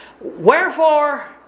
wherefore